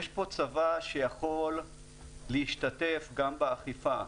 יש פה צבא שיכול להשתתף גם באכיפה.